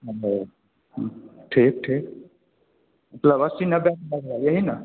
नब्बे ठीक ठीक मतलब अस्सी नब्बे यही न